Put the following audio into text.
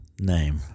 name